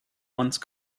once